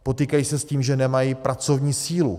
Potýkají se s tím, že nemají pracovní sílu.